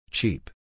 Cheap